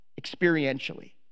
experientially